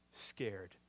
scared